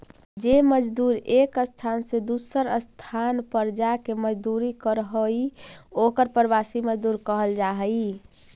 जे मजदूर एक स्थान से दूसर स्थान पर जाके मजदूरी करऽ हई ओकर प्रवासी मजदूर कहल जा हई